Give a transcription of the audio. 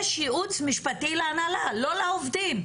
יש ייעוץ משפטי להנהלה, לא לעובדים.